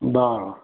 बरं